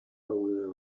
over